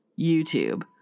YouTube